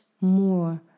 more